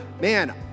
man